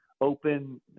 open